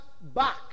back